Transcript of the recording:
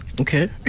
Okay